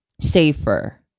safer